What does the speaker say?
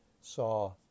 saw